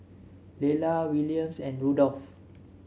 Lella Williams and Rudolph